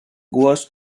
was